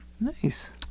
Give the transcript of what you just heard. Nice